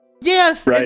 Yes